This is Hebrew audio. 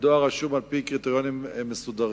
בדואר רשום על-פי קריטריונים מסודרים.